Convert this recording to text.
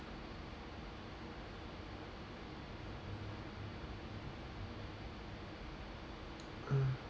mm